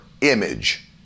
image